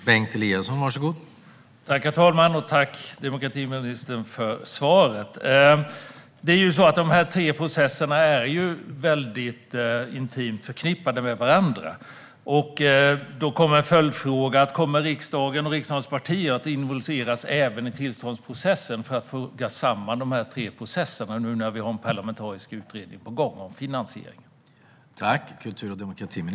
Herr talman! Jag tackar kultur och demokratiministern för svaret. Dessa tre processer är intimt förknippade med varandra. Min följdfråga blir då: Kommer riksdagen och riksdagens partier att involveras även i tillståndsprocessen för att foga samman dessa tre processer, nu när vi har en parlamentarisk utredning på gång om finansieringen?